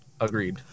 agreed